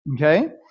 Okay